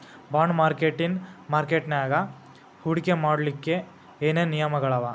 Bond ಮಾರ್ಕೆಟಿನ್ ಮಾರ್ಕಟ್ಯಾಗ ಹೂಡ್ಕಿ ಮಾಡ್ಲೊಕ್ಕೆ ಏನೇನ್ ನಿಯಮಗಳವ?